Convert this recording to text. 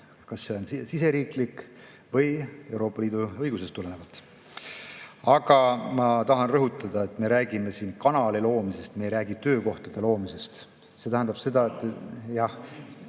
kas see on siseriiklik või tuleneb Euroopa Liidu õigusest. Aga ma tahan rõhutada, et me räägime siin kanali loomisest, me ei räägi töökohtade loomisest. See tähendab seda, et …